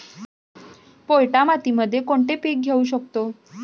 पोयटा मातीमध्ये कोणते पीक घेऊ शकतो?